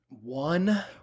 One